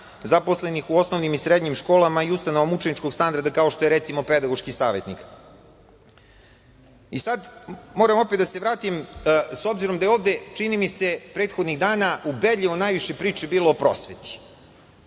zaposlenih u osnovnim i srednjim školama i ustanovama učeničkog standarda, kao što je recimo pedagoški savetnik. Moram opet da se vratim, s obzirom da je ovde, čini mi se prethodnih dana ubedljivo najviše priče bilo o prosveti.